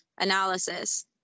analysis